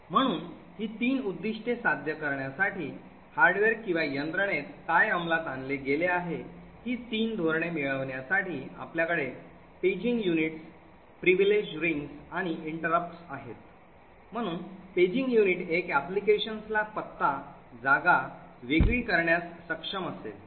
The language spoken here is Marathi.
म्हणून ही तीन उद्दीष्टे साध्य करण्यासाठी हार्डवेअर किंवा यंत्रणेत काय अंमलात आणले गेले आहे ही तीन धोरणे मिळविण्यासाठी आपल्याकडे पेजेसिंग युनिट्स विशेषाधिकार रिंग्ज आणि व्यत्यय आहेत म्हणून पेजिंग युनिट एक applications ला पत्ता जागा वेगळी करण्यास सक्षम असेल